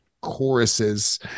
choruses